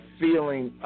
feeling